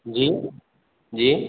जी जी